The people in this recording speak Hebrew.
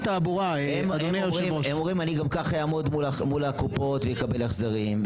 הם אומרים אנחנו גם ככה נעמוד מול הקופות ונקבל החזרים,